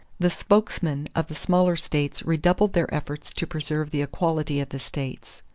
the spokesmen of the smaller states redoubled their efforts to preserve the equality of the states.